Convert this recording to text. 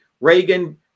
Reagan